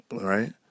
right